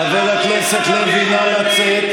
חבר הכנסת לוי, נא לצאת.